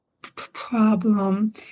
problem